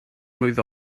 mlwydd